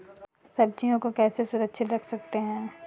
सब्जियों को कैसे सुरक्षित रख सकते हैं?